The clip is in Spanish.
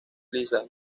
lisa